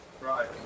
Right